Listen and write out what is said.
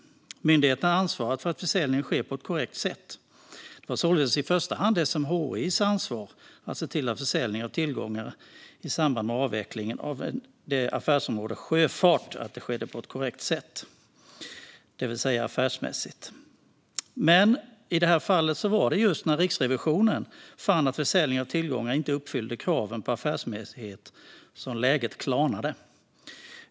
Myndigheterna ansvarar för att försäljningen sker på ett korrekt sätt. Det var således i första hand SMHI:s ansvar att se till att försäljningen av tillgångar i samband med avvecklingen av affärsområdet Sjöfart skedde på ett korrekt sätt, det vill säga affärsmässigt. I det här fallet var det när Riksrevisionen fann att försäljningen av tillgångar inte uppfyllde kraven på affärsmässighet som läget klarnade.